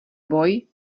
boj